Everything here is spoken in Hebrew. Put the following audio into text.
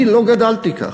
אני לא גדלתי כך,